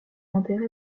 enterré